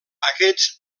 aquests